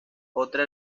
otra